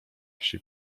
wsi